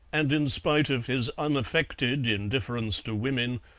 and in spite of his unaffected indifference to women,